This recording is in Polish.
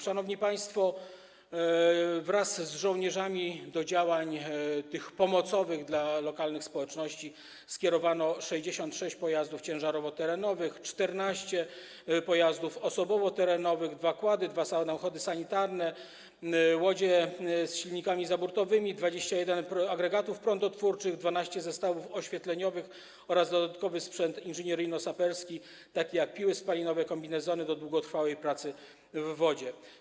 Szanowni państwo, wraz z żołnierzami do działań pomocowych dla lokalnych społeczności skierowano 66 pojazdów ciężarowo-terenowych, 14 pojazdów osobowo-terenowych, dwa quady, dwa samochody sanitarne, łodzie z silnikami zaburtowymi, 21 agregatów prądotwórczych, 12 zestawów oświetleniowych oraz dodatkowy sprzęt inżynieryjno-saperski, taki jak piły spalinowe, kombinezony do długotrwałej pracy w wodzie.